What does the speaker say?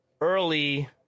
early